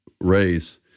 race